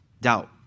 doubt